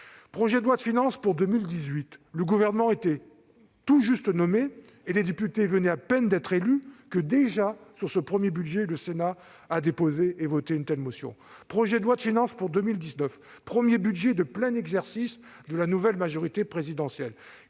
Projet de loi de finances pour 2018 : le gouvernement était tout juste nommé et les députés venaient à peine d'être élus que, déjà, le Sénat déposait et votait une telle motion. Projet de loi de finances pour 2019, premier budget de plein exercice de la nouvelle majorité présidentielle